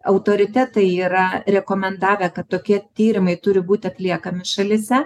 autoritetai yra rekomendavę kad tokie tyrimai turi būti atliekami šalyse